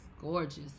gorgeous